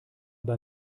bei